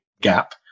gap